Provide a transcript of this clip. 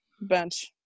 bench